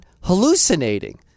hallucinating